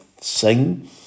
sing